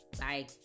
Bye